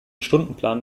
stundenplan